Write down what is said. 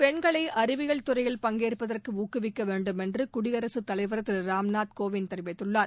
பெண்களை அறிவியல் துறையில் பங்கேற்பதற்கு ஊக்குவிக்க வேண்டும் என்று குடியரசுத் தலைவர் திரு ராம்நாத் கோவிந்த் தெரிவித்துள்ளார்